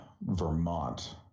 Vermont